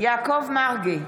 יעקב מרגי,